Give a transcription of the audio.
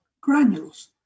granules